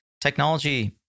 technology